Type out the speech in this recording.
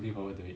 ya lor